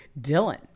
Dylan